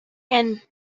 and